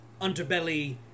underbelly